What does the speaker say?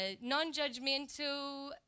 non-judgmental